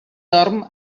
dorm